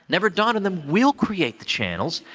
never dawned on them we'll create the channels,